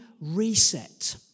reset